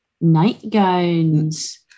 nightgowns